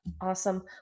Awesome